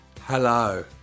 Hello